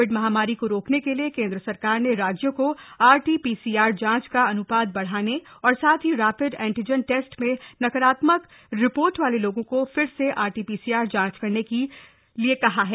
Covid महामारी को रोकने के लिए केन्द्र सरकार ने राज्यों को आरटी पीसीआर जांच का अनुपात बढ़ाने और साथ ही रैपिड एंटीजन टेस्ट में नकारात्मक रिपोर्ट वाले लोगों की फिर से आरटी पीसीआर जांच करने के लिए कहा है